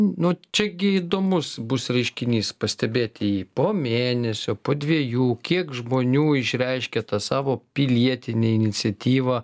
nu čia gi įdomus bus reiškinys pastebėti jį po mėnesio po dviejų kiek žmonių išreiškė tą savo pilietinę iniciatyvą